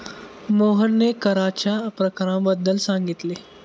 मोहनने कराच्या प्रकारांबद्दल सांगितले